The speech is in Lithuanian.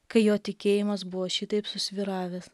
kai jo tikėjimas buvo šitaip susvyravęs